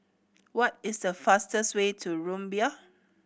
what is the fastest way to Rumbia